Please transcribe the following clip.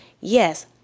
yes